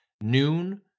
noon